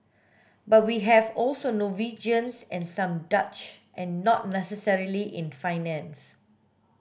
but we have also Norwegians and some Dutch and not necessarily in finance